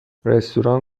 رستوران